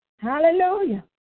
Hallelujah